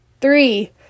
Three